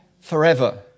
forever